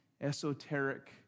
esoteric